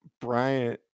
Bryant